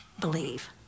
believe